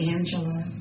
Angela